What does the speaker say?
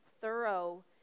thorough